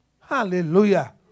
Hallelujah